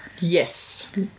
Yes